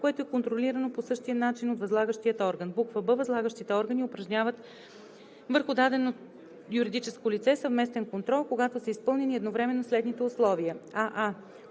което е контролирано по същия начин от възлагащия орган; б) възлагащите органи упражняват върху дадено юридическо лице съвместен контрол, когато са изпълнени едновременно следните условия: